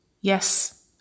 Yes